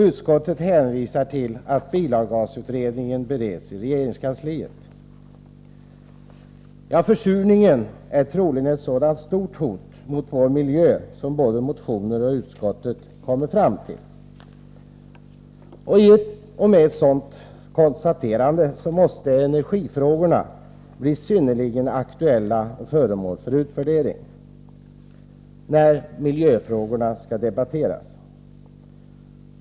Utskottet hänvisar till att bilavgasutredningen bereds i regeringskansliet. Försurningen är troligen ett sådant stort hot mot vår miljö som både motionärer och utskottet kommer fram till. Med ett sådant konstaterande måste energifrågorna bli synnerligen aktuella och föremål för utvärdering när miljöfrågorna skall debatteras.